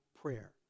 prayer